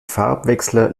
farbwechsler